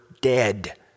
dead